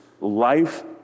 life